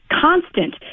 constant